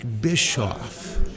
Bischoff